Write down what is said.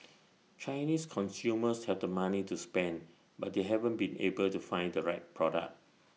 Chinese consumers have the money to spend but they haven't been able to find the right product